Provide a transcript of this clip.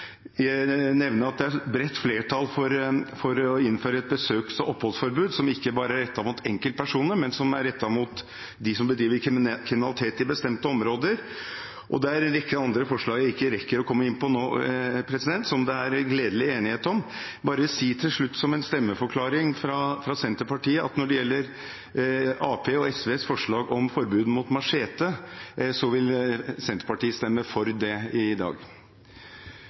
jeg vil nevne at det er et bredt flertall for å innføre et besøks- og oppholdsforbud som ikke bare er rettet mot enkeltpersoner, men også mot dem som bedriver kriminalitet i bestemte områder. Det er en rekke andre forslag som det er gledelig enighet om, men som jeg ikke rekker å komme inn på. Jeg vil bare si til slutt, som en stemmeforklaring fra Senterpartiet, at når det gjelder Arbeiderpartiet og SVs forslag om forbud mot machete, vil Senterpartiet stemme for det i dag.